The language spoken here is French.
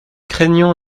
craignons